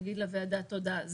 אגיד לוועדה תודה.